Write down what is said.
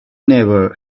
never